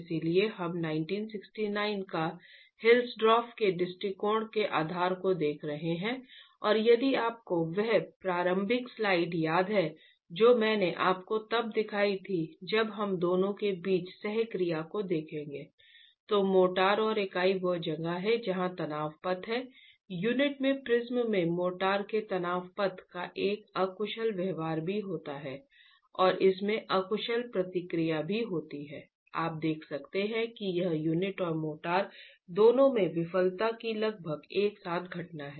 इसलिए हम 1969 का हिल्सडॉर्फ के दृष्टिकोण के आधार को देख रहे हैं और यदि आपको वह प्रारंभिक स्लाइड याद है जो मैंने आपको तब दिखाई थी जब हम दोनों के बीच सह क्रिया को देखेंगे तो मोर्टार और इकाई वह जगह है जहां तनाव पथ है यूनिट में प्रिज्म में मोर्टार के तनाव पथ का एक अकुशल व्यवहार भी होता है और इसमें अकुशल प्रतिक्रिया भी होती है और आप देख सकते हैं कि यह यूनिट और मोर्टार दोनों में विफलता की लगभग एक साथ घटना है